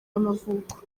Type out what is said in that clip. y’amavuko